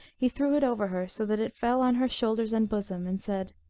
he threw it over her, so that it fell on her shoulders and bosom, and said,